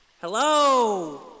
Hello